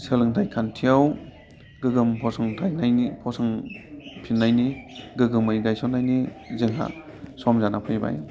सोलोंथाइ खान्थियाव गोग्गोम फसंथिनायनि गोग्गोमै गायसननायनि जोंहा सम जाना फैबाय